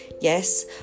Yes